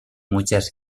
muchas